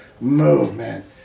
movement